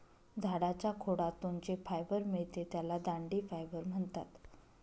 झाडाच्या खोडातून जे फायबर मिळते त्याला दांडी फायबर म्हणतात